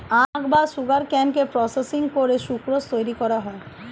আখ বা সুগারকেনকে প্রসেসিং করে সুক্রোজ তৈরি করা হয়